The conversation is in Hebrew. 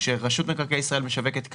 כשרשות מקרקעי ישראל משווקת קרקע,